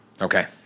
Okay